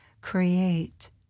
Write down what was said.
create